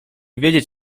wiedzieć